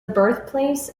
birthplace